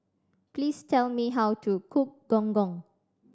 please tell me how to cook Gong Gong